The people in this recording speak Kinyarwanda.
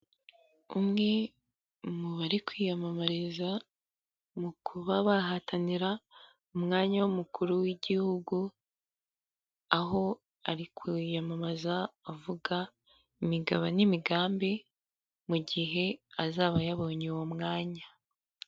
Umwe mu bari kwiyamamariza mu kuba bahatanira umwanya w'umukuru w'igihugu aho ari kwiyamamaza avuga imigabo n'imigambi mu gihe azaba yabonye uwo mwanya.